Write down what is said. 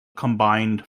combined